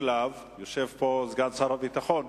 ויושב פה סגן שר הביטחון,